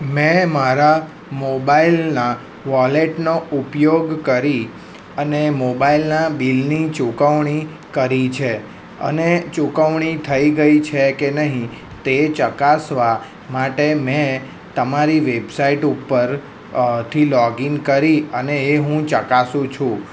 મેં મારા મોબાઈલના વોલેટનો ઉપયોગ કરી અને મોબાઈલના બિલની ચૂકવણી કરી છે અને ચૂકવણી થઈ ગઈ છે કે નહીં તે ચકાસવા માટે મેં તમારી વેબસાઈટ ઉપર થી લૉગિન કરી અને એ હું ચકાસું છું